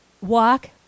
walk